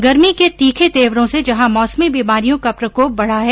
गर्मी के तीखे तेवरों से जहां मौसमी बीमारियों का प्रकोप बढ़ा हैं